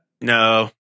No